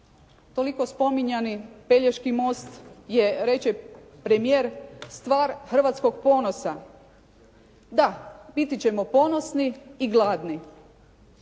Toliko spominjani pelješki most je, reče premijer, stvar hrvatskog ponosa. Da, biti ćemo ponosni i gladni.